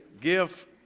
give